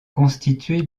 constitué